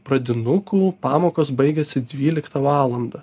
pradinukų pamokos baigiasi dvyliktą valandą